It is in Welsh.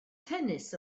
tennis